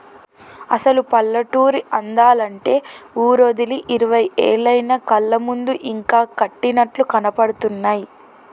అసలు పల్లెటూరి అందాలు అంటే ఊరోదిలి ఇరవై ఏళ్లయినా కళ్ళ ముందు ఇంకా కట్టినట్లు కనబడుతున్నాయి